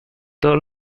todos